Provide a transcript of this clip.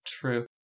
true